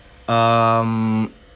um